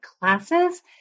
classes